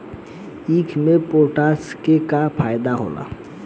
ईख मे पोटास के का फायदा होला?